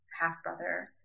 half-brother